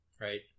right